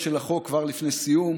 בעניין.